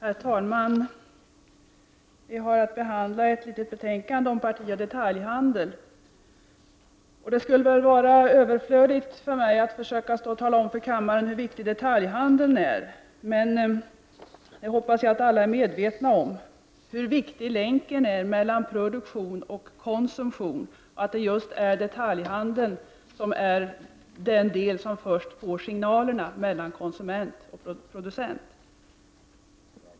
Herr talman! Vi har nu att behandla ett betänkande om partioch detaljhandel. Det skulle väl vara överflödigt att försöka tala om för kammaren hur viktig detaljhandeln är. Jag hoppas att alla är medvetna om hur viktig länken är mellan produktion och konsumtion och att det just är detaljhandeln som är den del som först får signalerna mellan konsument och producent.